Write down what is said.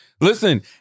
Listen